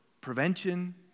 prevention